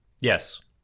Yes